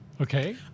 Okay